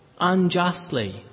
unjustly